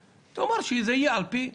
תאמר שזה יהיה על פי החוק.